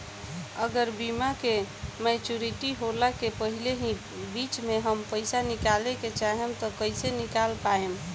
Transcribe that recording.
अगर बीमा के मेचूरिटि होला के पहिले ही बीच मे हम पईसा निकाले चाहेम त कइसे निकाल पायेम?